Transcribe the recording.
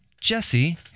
Jesse